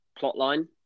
plotline